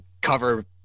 cover